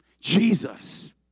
Jesus